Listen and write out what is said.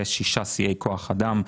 ושישה שיאי כוח אדם.